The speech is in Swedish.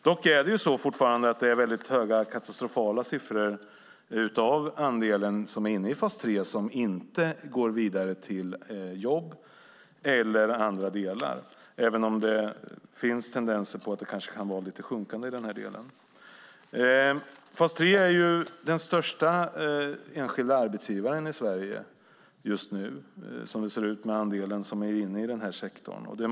Dock är det fortfarande katastrofala siffror för den andel av dem som är inne i fas 3 som inte går vidare till jobb eller annat, även om man kanske kan se en lite sjunkande tendens. Fas 3 är den största enskilda arbetsgivaren i Sverige just nu, som det ser ut med den andel som är inne i den sektorn.